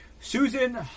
Susan